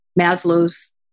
Maslow's